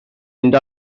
mynd